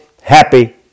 happy